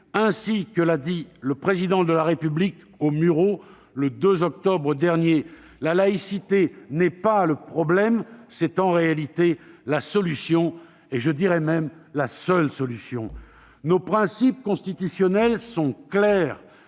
ainsi que l'a rappelé le Président de la République aux Mureaux le 2 octobre dernier. La laïcité n'est pas le problème, c'est en réalité la solution pour ne pas dire la seule solution ! Nos principes constitutionnels sont clairs.